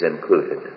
included